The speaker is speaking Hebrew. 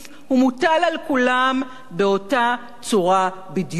הוא מוטל על כולם באותה צורה בדיוק,